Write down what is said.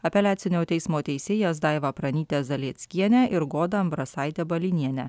apeliacinio teismo teisėjas daivą pranytę zaleckienę ir godą ambrasaitę balynienę